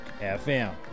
fm